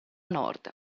nord